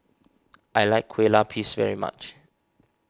I like Kue Lupis very much